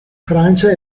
francia